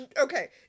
Okay